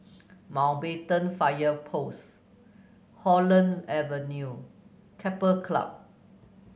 Mountbatten Fire Post Holland Avenue Keppel Club